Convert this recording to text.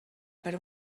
per